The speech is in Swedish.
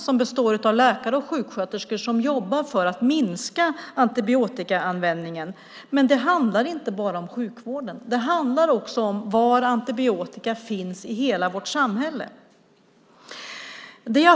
Den består av läkare och sjuksköterskor som jobbar för att minska antibiotikaanvändningen. Men det handlar inte bara om sjukvården. Det handlar också om var antibiotika finns i hela vårt samhälle.